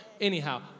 anyhow